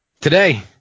today